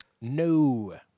No